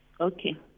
Okay